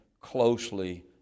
closely